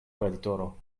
kreditoro